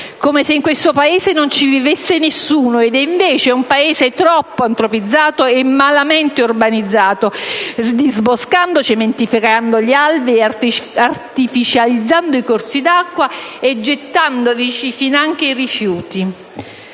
come se in questo Paese non ci vivesse nessuno, ed è invece un Paese troppo antropizzato e malamente urbanizzato, disboscando, cementificando gli alberi, artificializzando i corsi d'acqua e gettandovici finanche i rifiuti.